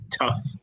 tough